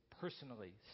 personally